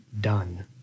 done